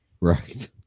Right